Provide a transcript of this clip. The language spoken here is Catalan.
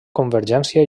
convergència